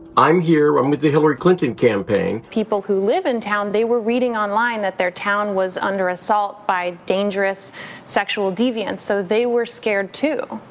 i'm here, i'm with the hillary clinton campaign. people who live in town, they were reading online that their town was under assault by dangerous sexual deviants, so they were scared, too.